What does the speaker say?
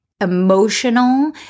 emotional